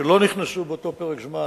שלא נכנסו באותו פרק זמן,